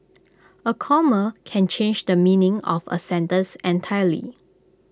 A comma can change the meaning of A sentence entirely